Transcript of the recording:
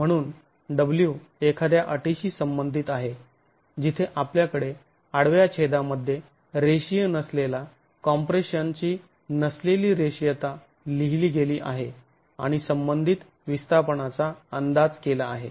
म्हणून w एखाद्या अटीशी संबंधित आहे जिथे आपल्याकडे आडव्या छेदामध्ये रेषीय नसलेला कॉम्प्रेशनची नसलेली रेषीयता लिहिली गेली आहे आणि संबंधित विस्थापनाचा अंदाज केला आहे